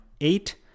eight